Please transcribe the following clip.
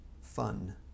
fun